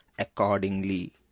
accordingly